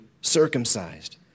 circumcised